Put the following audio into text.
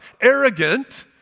arrogant